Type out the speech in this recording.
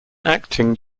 acting